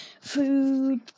food